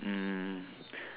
mm